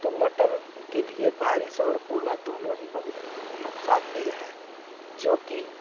तो मटर के लिए बारिश और ओला दोनों ही बहुत नुकसानदेह हैं जो कि